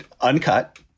uncut